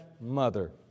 Mother